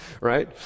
right